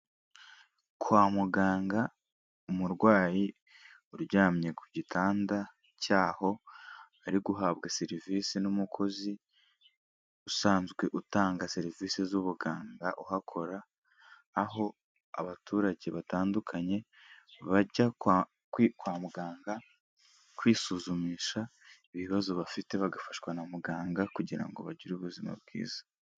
Kwa muganga umurwayi uryamye ku gitanda cyaho, ari guhabwa serivisi n'umukozi usanzwe utanga serivisi z'ubuganga uhakora, aho abaturage batandukanye bajya kwa muganga kwisuzumisha ibibazo bafite bagafashwa na muganga kugira ngo bagire ubuzima bwiza.